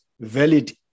valid